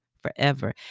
Forever